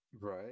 Right